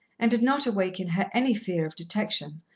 and did not awake in her any fear of detection,